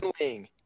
wing